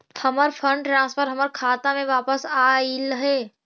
हमर fund transfer हमर खाता में वापस आगईल हे